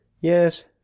Yes